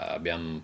Abbiamo